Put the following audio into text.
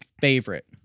favorite